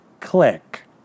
Click